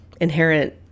inherent